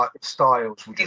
styles